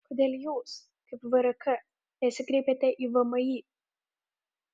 kodėl jūs kaip vrk nesikreipėte į vmi